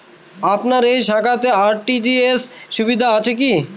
আপনার এই শাখাতে আর.টি.জি.এস সুবিধা আছে কি?